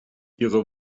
ihre